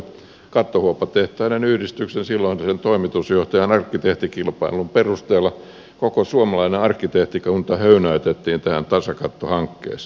kattohuopatehtaiden yhdistyksen silloisen toimitusjohtajan arkkitehtikilpailun perusteella koko suomalainen arkkitehtikunta höynäytettiin tähän tasakattohankkeeseen